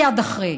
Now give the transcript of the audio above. מייד אחרי,